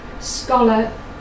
scholar